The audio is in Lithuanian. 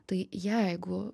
tai jeigu